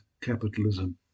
capitalism